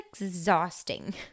exhausting